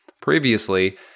previously